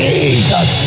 Jesus